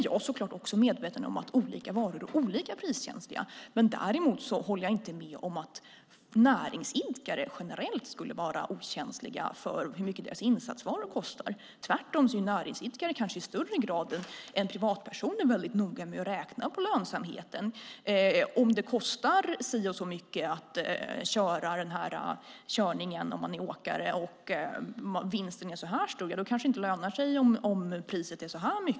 Jag är också medveten om att olika varor är olika priskänsliga, men jag håller inte med om att näringsidkare generellt skulle vara okänsliga för hur mycket deras insatsvaror kostar. Tvärtom är näringsidkare kanske i större grad än privatpersoner väldigt noga med att räkna på lönsamheten. Om man är åkare och det kostar si och så mycket att köra den här körningen och om vinsten är så här stor kanske det inte lönar sig om priset är så här högt.